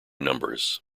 numbers